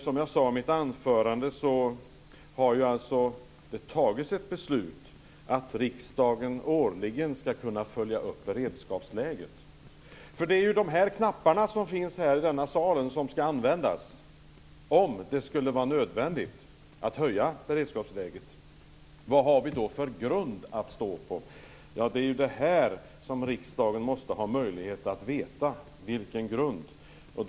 Som jag sade i mitt anförande har det fattats ett beslut att riksdagen årligen skall kunna följa upp beredskapsläget. Det är knapparna som finns i den här salen som skall användas om det skulle vara nödvändigt att höja beredskapsläget. Vad har vi då för grund att stå på? Riksdagen måste ha möjlighet att veta vilken grund den har att stå på.